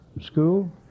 school